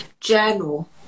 journal